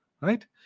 right